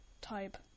type